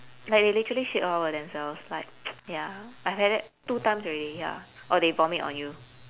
like they literally shit all over themselves like ya I've had that two times already ya or they vomit on you